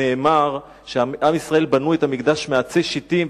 נאמר שעם ישראל בנו את המקדש מעצי שיטים,